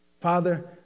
Father